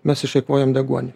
mes išeikvojom deguonį